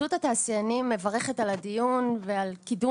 התאחדות התעשיינים מברכת על הדיון וקידום